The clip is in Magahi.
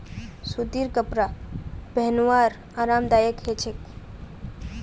सूतीर कपरा पिहनवार आरामदायक ह छेक